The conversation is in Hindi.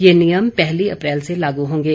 यह नियम पहली अप्रैल से लागू होंगे